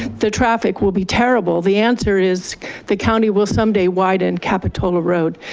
the traffic will be terrible, the answer is the county will someday widen capitalla road.